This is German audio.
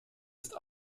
ist